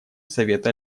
совета